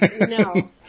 No